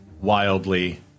wildly